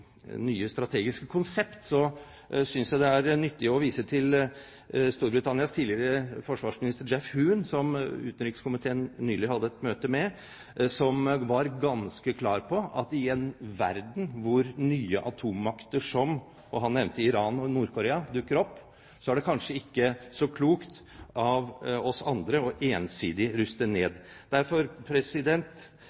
nye strategiske konsept, synes jeg det er nyttig å vise til Storbritannias tidligere forsvarsminister Geoff Hoon, som utenrikskomiteen nylig hadde et møte med. Han var ganske klar på at i en verden hvor nye atommakter – og han nevnte Iran og Nord-Korea – dukker opp, er det kanskje ikke så klokt av oss andre ensidig å ruste